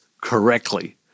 correctly